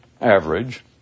average